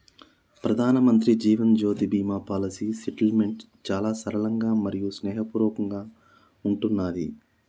ప్రధానమంత్రి Jeevan Jyoti Bima policy settlement చాలా సరళంగా మరియు స్నేహపూర్వకంగా ఉంటున్నాది